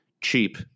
cheap